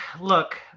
look